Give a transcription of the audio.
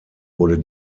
wurde